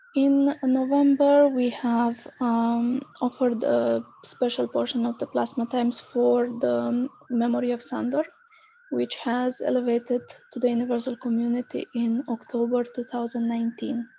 in november we have um offered the special portion of the plasma times for the um memory of sandor which has elevated to the universal community in october two thousand and nineteen.